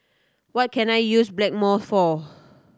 what can I use Blackmore for